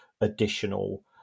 additional